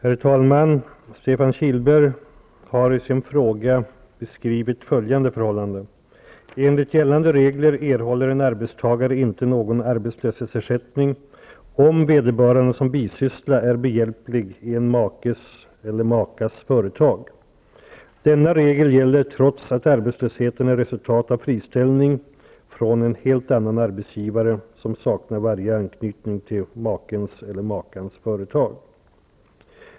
Herr talman! Stefan Kihlberg har i sin fråga beskrivit följande förhållande: Enligt gällande regler erhåller en arbetstagare inte någon arbetslöshetsersättning om vederbörande som bisyssla är behjälplig i en makes eller makas företag. Denna regel gäller trots att arbetslösheten är resultatet av friställning från en helt annan arbetsgivare, som saknar varje anknytning till makens eller makans företag.